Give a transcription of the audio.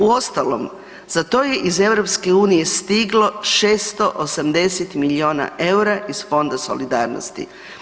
Uostalom za to je iz EU stiglo 680 milijuna eura iz Fonda solidarnosti.